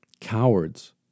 Cowards